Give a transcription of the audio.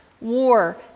war